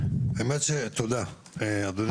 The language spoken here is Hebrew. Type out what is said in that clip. אורית,